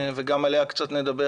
וגם עליה נדבר קצת,